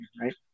right